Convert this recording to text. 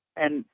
and,